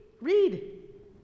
Read